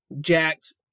jacked